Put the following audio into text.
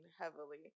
heavily